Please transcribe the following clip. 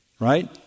right